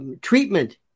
treatment